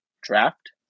draft